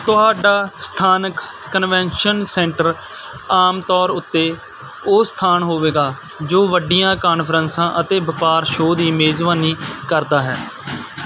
ਤੁਹਾਡਾ ਸਥਾਨਕ convention centre ਆਮ ਤੌਰ ਉੱਤੇ ਉਹ ਸਥਾਨ ਹੋਵੇਗਾ ਜੋ ਵੱਡੀਆਂ ਕਾਨਫਰੰਸਾਂ ਅਤੇ ਵਪਾਰ ਸ਼ੋਅ ਦੀ ਮੇਜ਼ਬਾਨੀ ਕਰਦਾ ਹੈ